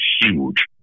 huge